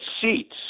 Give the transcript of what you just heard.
seats